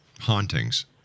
hauntings